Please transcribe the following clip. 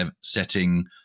setting